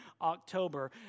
October